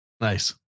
Nice